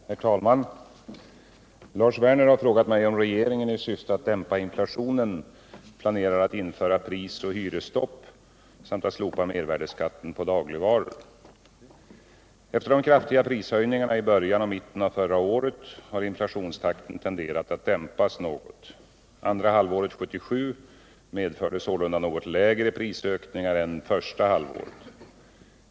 Herr talman! Lars Werner har frågat mig om regeringen i syfte att dämpa inflationen planerar att införa prisoch hyresstopp samt att slopa mervärdeskatten på dagligvaror. Efter de kraftiga prishöjningarna i början och mitten av förra året har inflationstakten tenderat att dämpas något. Andra halvåret 1977 medförde sålunda något lägre prisökningar än första halvåret.